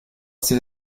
ses